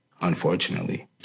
unfortunately